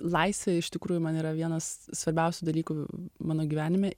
laisvė iš tikrųjų man yra vienas svarbiausių dalykų mano gyvenime